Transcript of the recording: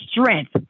strength